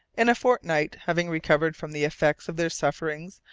in a fortnight, having recovered from the effects of their sufferings,